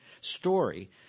story